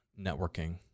networking